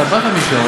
אתה באת משם,